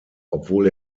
obwohl